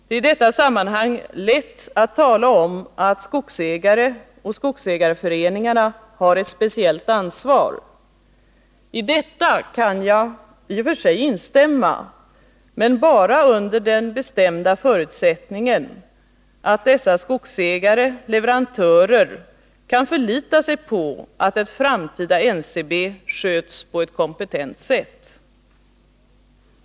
Det är i detta sammanhang lätt att tala om att skogsägarna och skogsägarföreningarna har ett speciellt ansvar. I detta kan jag i och för sig instämma men bara under den bestämda förutsättningen att dessa skogsägare/leverantörer kan förlita sig på att ett framtida NCB sköts på ett kompetent sätt.